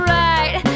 right